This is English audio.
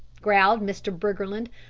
growled mr. briggerland.